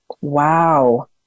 wow